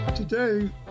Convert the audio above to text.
Today